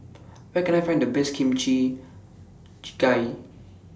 Where Can I Find The Best Kimchi Jjigae